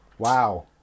Wow